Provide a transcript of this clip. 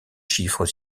chiffres